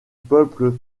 peuple